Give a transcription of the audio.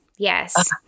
Yes